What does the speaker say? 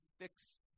fix